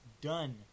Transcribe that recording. Done